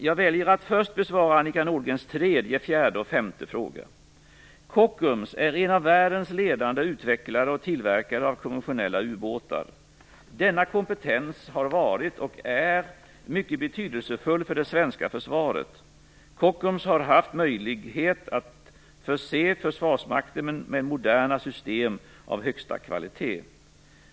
Jag väljer att först besvara Annika Kockums är en av världens ledande utvecklare och tillverkare av konventionella ubåtar. Denna kompetens har varit och är mycket betydelsefull för det svenska försvaret. Kockums har haft möjlighet att förse Försvarsmakten med moderna system av högsta kvalitet.